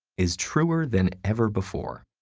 is truer than ever before.